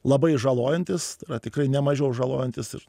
labai žalojantis tikrai nemažiau žalojantis ir